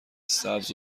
سبز